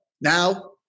Now